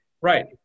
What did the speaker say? Right